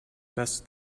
best